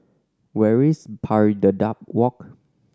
where is Pari Dedap Walk